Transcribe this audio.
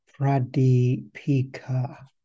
Pradipika